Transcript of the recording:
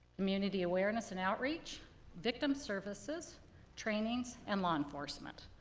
community awareness and outreach victim services trainings and law enforcement.